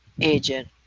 agent